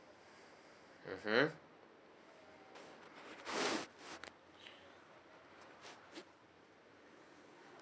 mm hmm